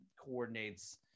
coordinates